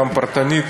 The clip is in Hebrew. גם פרטנית,